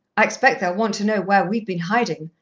i expect they'll want to know where we've been hiding,